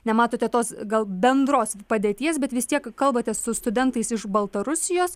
nematote tos gal bendros padėties bet vis tiek kalbate su studentais iš baltarusijos